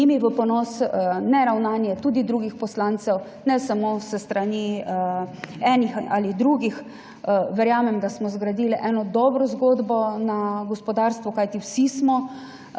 ni mi v ponos tudi ravnanje drugih poslancev, ne samo s strani enih ali drugih. Verjamem, da smo zgradili eno dobro zgodbo na gospodarstvu, kajti vsi smo